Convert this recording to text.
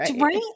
right